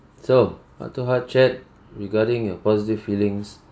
so heart to heart chat regarding your positive feelings